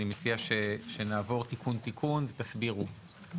אני מציע שנעבור תיקון-תיקון ושתסבירו.